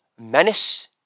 menace